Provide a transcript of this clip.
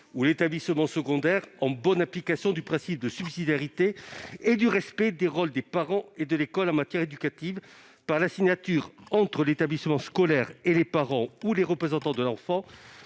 ou l'établissement secondaire, en bonne application du principe de subsidiarité et du respect des rôles des parents et de l'école en matière éducative, par la signature, entre l'établissement scolaire et les parents ou les représentants de l'enfant,